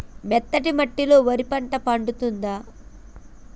మెత్తటి మట్టిలో వరి పంట పండుద్దా?